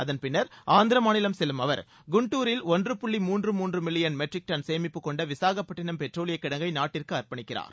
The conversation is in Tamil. அதன்பின்னர் ஆந்திர மாநிலம் செல்லும் அவர் குண்டுரில் ஒன்று புள்ளி மூன்று மூன்று மில்லியன் மெட்ரிக் டன் சேமிப்பு கொண்ட விசாகப்பட்டினம் பெட்ரோலிய கிடங்கை நாட்டிற்கு அர்ப்பணிக்கிறார்